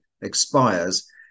expires